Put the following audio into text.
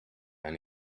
and